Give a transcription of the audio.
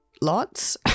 lots